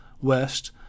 west